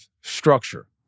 structure